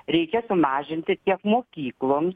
reikia sumažinti tiek mokykloms